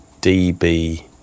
DB